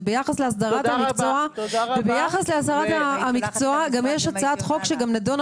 וביחס להסדרת המקצוע גם יש הצעת החוק שנדונה